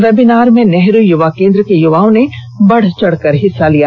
webinar में नेहरू युवा केन्द्र के युवाओं ने बढ़ चढ़ कर भाग लिया